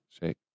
Shake